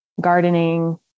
Gardening